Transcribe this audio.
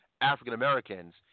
african-americans